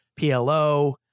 PLO